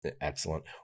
Excellent